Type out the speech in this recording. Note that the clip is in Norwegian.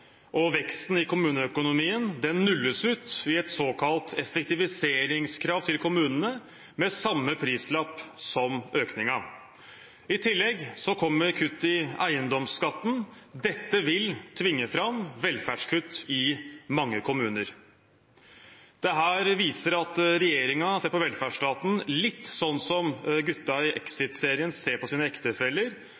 og veksten i kommuneøkonomien nulles ut i et såkalt effektiviseringskrav til kommunene med samme prislapp som økningen. I tillegg kommer kuttet i eiendomsskatten. Dette vil tvinge fram velferdskutt i mange kommuner. Dette viser at regjeringen ser på velferdsstaten litt som gutta i